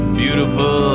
beautiful